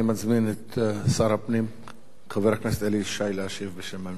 אני מזמין את שר הפנים חבר הכנסת אלי ישי להשיב בשם הממשלה.